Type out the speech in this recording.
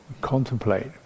contemplate